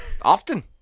Often